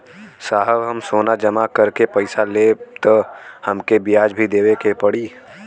साहब हम सोना जमा करके पैसा लेब त हमके ब्याज भी देवे के पड़ी?